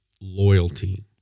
loyalty